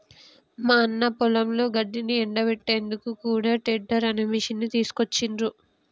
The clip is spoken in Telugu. మా అన్న పొలంలో గడ్డిని ఎండపెట్టేందుకు కూడా టెడ్డర్ అనే మిషిని తీసుకొచ్చిండ్రు